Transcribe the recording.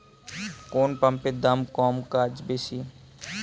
কোন পাম্পের দাম কম কাজ বেশি?